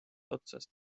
otsast